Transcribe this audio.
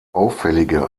auffällige